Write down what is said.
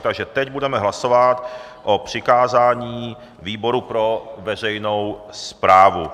Takže teď budeme hlasovat o přikázání výboru pro veřejnou správu.